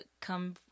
come